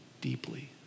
deeply